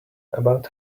about